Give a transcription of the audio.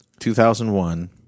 2001